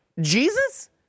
Jesus